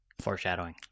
Foreshadowing